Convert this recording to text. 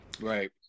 Right